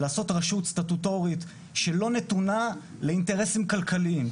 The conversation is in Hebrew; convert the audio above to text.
לעשות רשות סטטוטורית שלא נתונה לאינטרסים כלכליים.